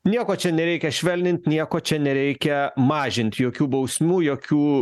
nieko čia nereikia švelnint nieko čia nereikia mažint jokių bausmių jokių